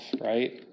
right